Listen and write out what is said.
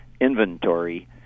inventory